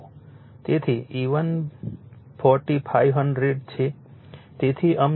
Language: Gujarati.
તેથી E1 4500 છે તેથી અમને 0